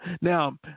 Now